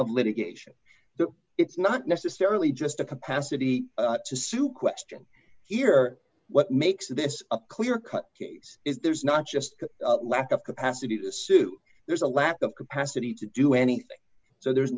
of litigation but it's not necessarily just a capacity to sue question here what makes this a clear cut case is there's not just a lack of capacity to sue there's a lack of capacity to do anything so there's